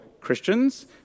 Christians